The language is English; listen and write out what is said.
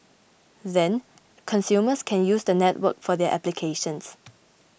then consumers can use the network for their applications